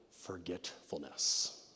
Forgetfulness